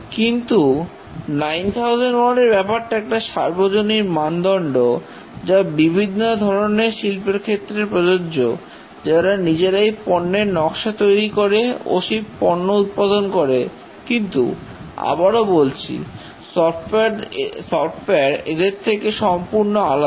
কিন্তু 9001 এর ব্যাপারটা একটা সার্বজনীন মানদন্ড যা বিভিন্ন ধরনের শিল্পের ক্ষেত্রে প্রযোজ্য যারা নিজেরাই পণ্যের নকশা তৈরি করে ও সেই পণ্য উৎপাদন করে কিন্তু আবারও বলছি সফটওয়্যার এদের থেকে সম্পূর্ণ আলাদা